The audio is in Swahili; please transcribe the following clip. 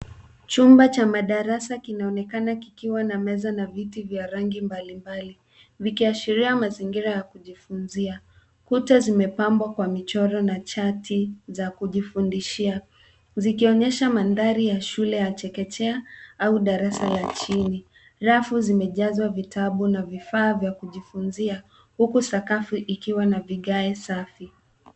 Chumba cha madarasa kinaonekana kikiwa na meza na viti vya rangi mbali mbali vikiashiria mazingira ya kujifunzia. Kuta zimepambwa kwa michoro na chati za kujifundishia zikionyesha mandhari ya shule ya chekechea au darasa la chini. Rafu zimejazwa vitabu na vifaa vya kujifunzia huku sakafu ikiwa na vigae safi.